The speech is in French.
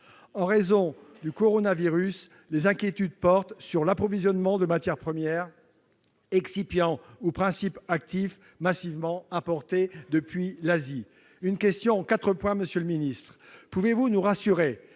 En raison du coronavirus, des inquiétudes se font jour sur l'approvisionnement en matières premières, excipients ou principes actifs, massivement importés depuis l'Asie. Je vous poserai donc une question en quatre points, monsieur le ministre. Pouvez-vous nous rassurer